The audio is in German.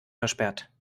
versperrt